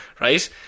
right